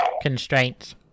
constraints